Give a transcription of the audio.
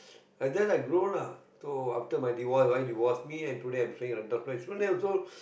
and then I grow lah so after my divorce wife divorce me and today I'm staying in a rental flat so n~ so